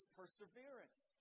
perseverance